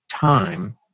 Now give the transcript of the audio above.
time